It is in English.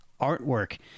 artwork